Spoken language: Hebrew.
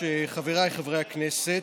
חבריי חברי הכנסת,